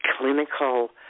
clinical